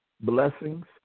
blessings